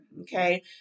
okay